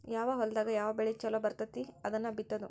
ಯಾವ ಹೊಲದಾಗ ಯಾವ ಬೆಳಿ ಚುಲೊ ಬರ್ತತಿ ಅದನ್ನ ಬಿತ್ತುದು